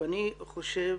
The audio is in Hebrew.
אני חושב